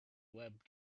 web